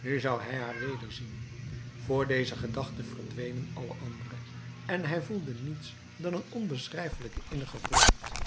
nu zou hij haar wederzien voor deze gedachte verdwenen alle andere en hij voelde niets dan een onbeschrijfelijke innige vreugd